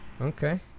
okay